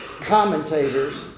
commentator's